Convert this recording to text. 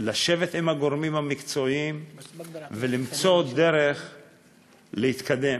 לשבת עם הגורמים המקצועיים ולמצוא דרך להתקדם.